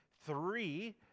three